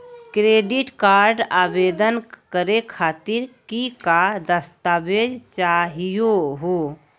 Credit card आवेदन करे खातीर कि क दस्तावेज चाहीयो हो?